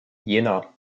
jena